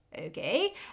okay